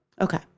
Okay